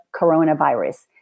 Coronavirus